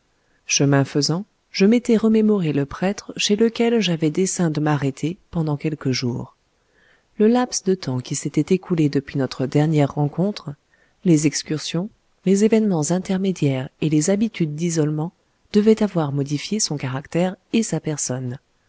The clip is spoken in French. chemin faisant je m'étais remémoré le prêtre chez lequel j'avais dessein de m'arrêter pendant quelques jours le laps de temps qui s'était écoulé depuis notre dernière rencontre les excursions les événements intermédiaires et les habitudes d'isolement devaient avoir modifié son caractère et sa personne